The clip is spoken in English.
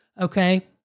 Okay